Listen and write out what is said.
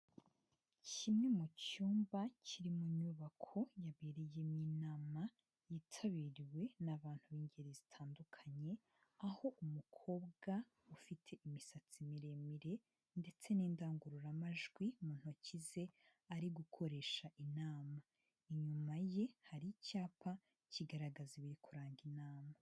Kimwe mu cyumba kiri mu nyubako yabereyemo yitabiriwe n'abantu b'ingeri zitandukanye, aho umukobwa ufite imisatsi miremire ndetse n'indangururamajwi mu ntoki ze ari gukoresha inama. Inyuma ye hari icyapa kigaragaza ibiri kuranga inama.